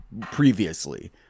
previously